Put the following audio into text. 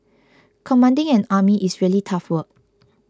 commanding an army is really tough work